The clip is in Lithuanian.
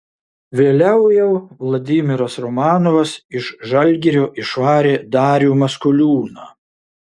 vėliau jau vladimiras romanovas iš žalgirio išvarė darių maskoliūną